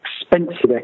expensive